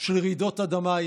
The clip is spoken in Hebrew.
של רעידות אדמה.